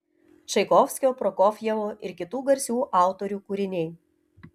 čaikovskio prokofjevo ir kitų garsių autorių kūriniai